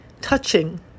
touching